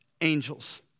angels